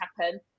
happen